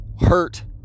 hurt